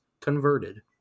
converted